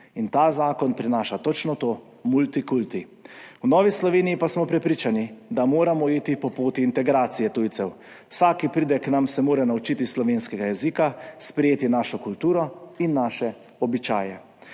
In ta zakon prinaša točno to, multikulti. V Novi Sloveniji pa smo prepričani, da moramo iti po poti integracije tujcev. Vsak, ki pride k nam, se mora naučiti slovenskega jezika, sprejeti našo kulturo in naše običaje.